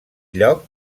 lloc